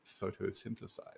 photosynthesize